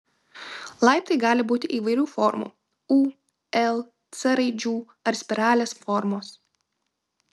laiptai gali būti įvairių formų u l c raidžių ar spiralės formos